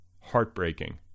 heartbreaking